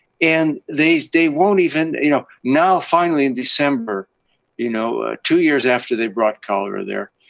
and they they won't even you know, now, finally, in december you know, two years after they brought cholera there,